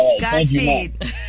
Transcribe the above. Godspeed